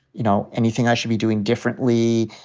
you know, anything i should be doing differently.